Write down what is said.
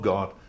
God